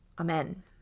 Amen